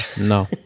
No